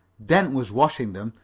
dent was washing them,